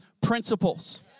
principles